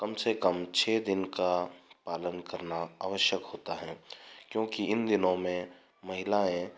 कम से कम छ दिन का पालन करना आवश्यक होता है क्योंकि इन दिनों में महिलाएँ